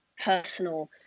personal